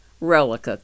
relic